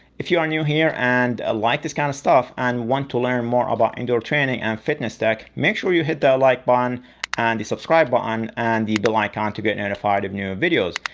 if you are new here, and like this kind of stuff and want to learn more about indoor training and fitness tech, make sure you hit the like button and the subscribe button, and the bell icon to get notified of new videos.